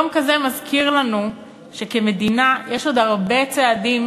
יום כזה מזכיר לנו שכמדינה יש עוד הרבה צעדים